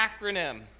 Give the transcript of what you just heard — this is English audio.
acronym